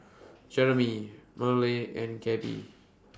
Jeromy Myrle and Gabe